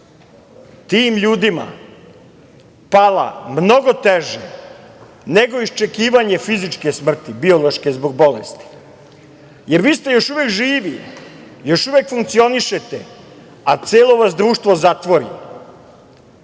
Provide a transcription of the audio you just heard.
tim ljudima pala mnogo teže, nego iščekivanje fizičke smrti, biološke zbog bolesti. Vi ste još uvek živi, još uvek funkcionišete, a celo vas društvo zatvori